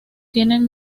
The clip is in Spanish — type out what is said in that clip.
tienen